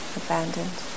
abandoned